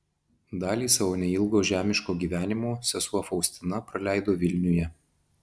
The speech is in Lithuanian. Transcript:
dalį savo neilgo žemiško gyvenimo sesuo faustina praleido vilniuje